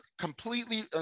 completely